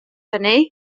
hynny